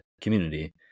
community